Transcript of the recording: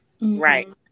right